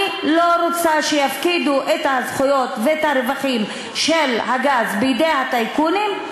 אני לא רוצה שיפקידו את הזכויות ואת הרווחים של הגז בידי הטייקונים.